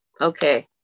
Okay